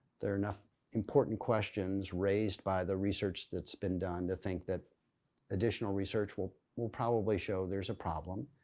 there are enough important questions raised by the research that's been done to think that additional research will will probably show there's a problem